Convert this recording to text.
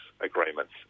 agreements